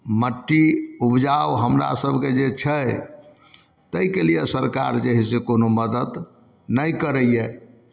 मट्टी ऊपजाउ हमरा सबके जे छैनि तै के लिये सरकार जे है से कोनो मदद नै करैया